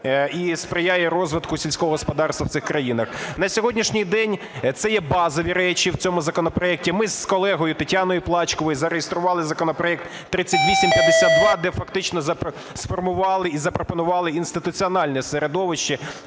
і сприяє розвитку сільського господарства в цих країнах. На сьогоднішній день це є базові речі в цьому законопроекті. Ми з колегою Тетяною Плачковою зареєстрували законопроект 3852, де фактично сформували і запропонували інституціональне середовище,